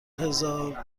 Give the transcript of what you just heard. هزار